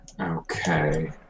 Okay